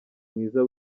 mwiza